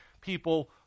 people